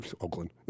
Oakland